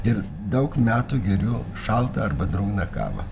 ir daug metų geriu šaltą arba drungną kavą